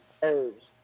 herbs